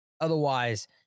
Otherwise